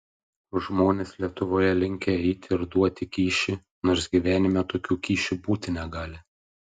žmonės lietuvoje linkę eiti ir duoti kyšį nors gyvenime tokių kyšių būti negali